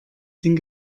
ding